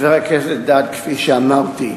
חבר הכנסת אלדד, כפי שאמרתי,